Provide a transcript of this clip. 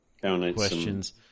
questions